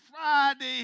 Friday